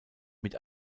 mit